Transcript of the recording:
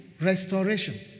restoration